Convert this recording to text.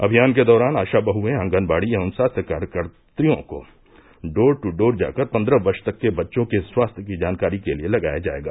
अभियान के दौरान आशा बहुए ऑगनबाड़ी एवं स्वास्थ्य कार्यकत्रियों को डोर ट् डोर जाकर पन्द्रह वर्ष तक के बच्चों के स्वास्थ्य की जानकारी के लिए लगाया जायेगा